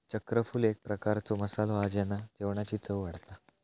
चक्रफूल एक प्रकारचो मसालो हा जेना जेवणाची चव वाढता